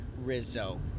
Rizzo